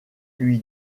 lui